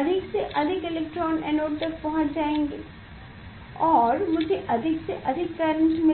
अधिक से अधिक इलेक्ट्रॉन एनोड तक पहुंच जायेंगे और मुझे अधिक से अधिक करंट मिलेगा